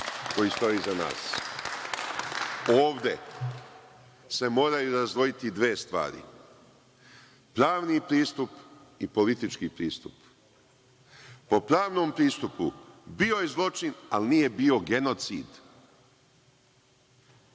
koji stoje iza nas. Ovde se moraju razdvojiti dve stvari – pravni pristup i politički pristup. Po pravnom pristupu, bio je zločin, ali nije bio genocid.